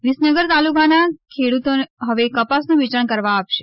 વિસનગર તાલુકાની ખેડૂતો હવે કપાસનું વેચાણ કરવા આપશે